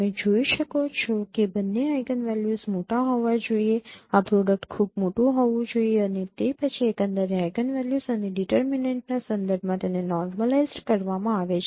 તમે જોઈ શકો છો કે બંને આઈગનવેલ્યુસ મોટા હોવા જોઈએ આ પ્રોડક્ટ ખૂબ મોટું હોવું જોઈએ અને તે પછી એકંદરે આઈગનવેલ્યુસ અને ડિટરમીનેન્ટના સંદર્ભમાં તેને નૉર્મલાઇઝ્ડ કરવામાં આવે છે